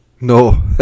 No